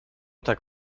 tak